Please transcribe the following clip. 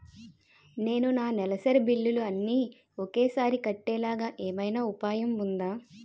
నేను నా నెలసరి బిల్లులు అన్ని ఒకేసారి కట్టేలాగా ఏమైనా ఉపాయం ఉందా?